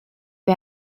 wie